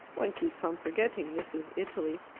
one keeps on forgetting this is italy.